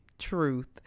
truth